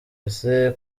ese